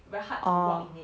orh